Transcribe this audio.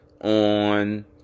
on